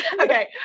Okay